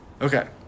Okay